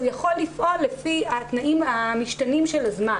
שהוא יכול לפעול לפי התנאים המשתנים של הזמן